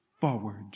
forward